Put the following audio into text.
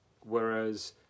Whereas